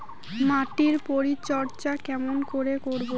মাটির পরিচর্যা কেমন করে করব?